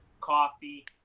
coffee